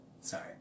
sorry